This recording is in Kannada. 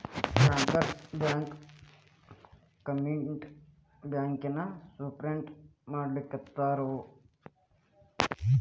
ಬ್ಯಾಂಕರ್ಸ್ ಬ್ಯಾಂಕ ಕಮ್ಯುನಿಟಿ ಬ್ಯಾಂಕನ ಸಪೊರ್ಟ್ ಮಾಡ್ಲಿಕ್ಕಿರ್ತಾವ